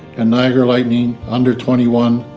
and niagara lightning under twenty one,